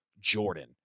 Jordan